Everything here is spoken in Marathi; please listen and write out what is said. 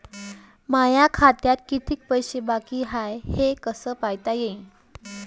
माया खात्यात कितीक पैसे बाकी हाय हे कस पायता येईन?